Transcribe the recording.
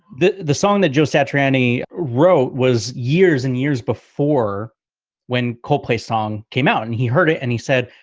the the song that joe satriani wrote was years and years before when coldplay song came out, and he heard it and he said,